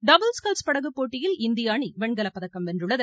doubles sculls படகுப் போட்டியில் இந்திய அணி வெண்கலப்பதக்கம் வென்றுள்ளது